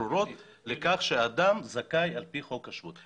ברורות לכך שאדם זכאי על פי חוק השבות.